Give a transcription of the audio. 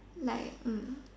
like